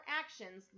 actions